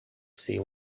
ser